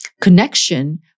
connection